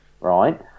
right